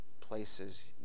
places